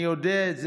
אני יודע את זה.